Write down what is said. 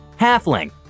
halfling